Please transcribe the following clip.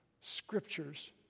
scriptures